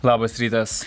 labas rytas